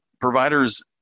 providers